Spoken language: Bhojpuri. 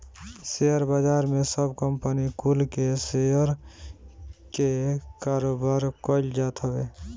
शेयर बाजार में सब कंपनी कुल के शेयर के कारोबार कईल जात हवे